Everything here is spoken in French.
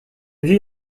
vit